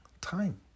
time